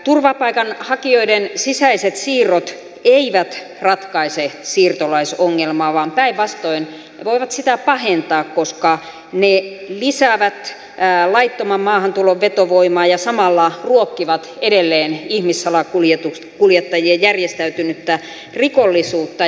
turvapaikanhakijoiden sisäiset siirrot eivät ratkaise siirtolaisongelmaa vaan päinvastoin voivat sitä pahentaa koska ne lisäävät laittoman maahantulon vetovoimaa ja samalla ruokkivat edelleen ihmissalakuljettajien järjestäytynyttä rikollisuutta